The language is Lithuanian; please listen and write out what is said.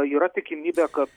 yra tikimybė kad